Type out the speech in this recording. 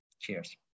Cheers